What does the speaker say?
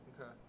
Okay